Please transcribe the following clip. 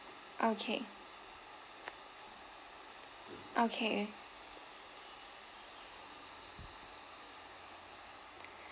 okay okay